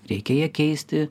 reikia ją keisti